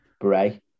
Bray